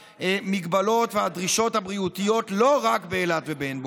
המגבלות והדרישות הבריאותיות לא רק באילת ובעין בוקק.